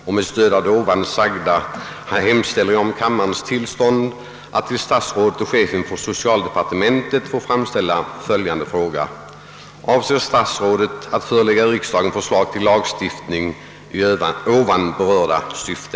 Med stöd av det ovan sagda hemställer jag om kammarens tillstånd att till statsrådet och chefen för socialdepartementet få framställa följande fråga: Avser statsrådet att förelägga riksdagen förslag till lagstiftning i ovan berörda syfte?